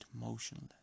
motionless